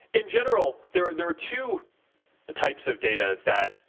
in general, there there are two types of data that